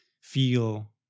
feel